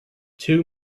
two